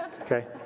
okay